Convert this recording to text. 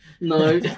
No